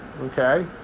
okay